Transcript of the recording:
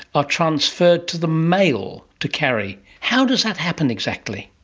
are transferred to the male to carry. how does that happen exactly?